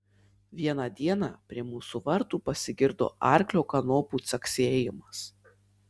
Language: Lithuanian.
vieną dieną prie mūsų vartų pasigirdo arklio kanopų caksėjimas